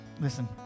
Listen